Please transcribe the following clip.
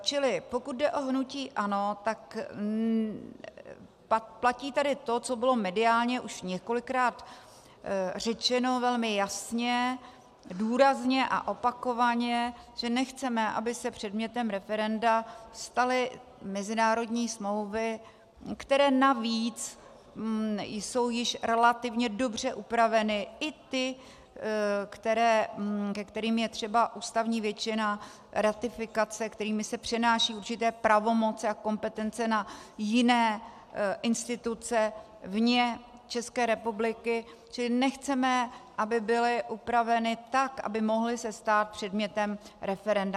Čili pokud jde o hnutí ANO, platí to, co bylo mediálně už několikrát řečeno velmi jasně, důrazně a opakovaně, že nechceme, aby se předmětem referenda staly mezinárodní smlouvy, které navíc jsou již relativně dobře upraveny, i ty, ke kterým je třeba ústavní většina ratifikace, kterými se přenášejí určité pravomoci a kompetence na jiné instituce vně České republiky, čili nechceme, aby byly upraveny tak, aby se mohly stát předmětem referenda.